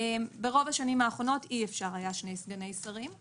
ברוב השנים האחרונות אי אפשר היה למנות שני סגני שרים.